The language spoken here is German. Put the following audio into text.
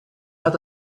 hat